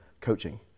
coaching